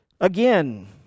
Again